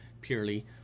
purely